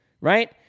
right